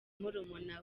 murumuna